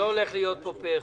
הולך להיות פה אחד.